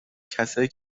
کسایی